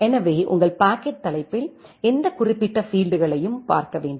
எனவே உங்கள் பாக்கெட் தலைப்பில் எந்த குறிப்பிட்ட பீல்ட்களைப் பார்க்க வேண்டும்